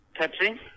Pepsi